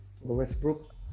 Westbrook